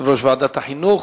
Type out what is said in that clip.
יושב-ראש ועדת החינוך.